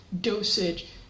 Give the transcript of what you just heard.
dosage